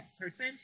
person